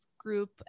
group